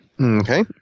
Okay